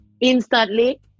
instantly